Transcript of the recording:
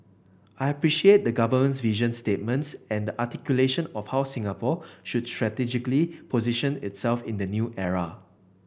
I appreciate the government's vision statements and the articulation of how Singapore should strategically position itself in the new era